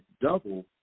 double